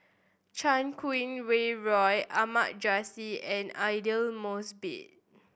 Chan Kum Wah Roy Ahmad Jais and Aidli Mosbit